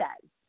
says